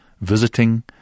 visiting